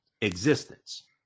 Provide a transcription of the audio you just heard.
existence